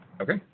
Okay